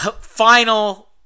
final